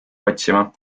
otsima